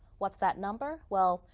what that number? well,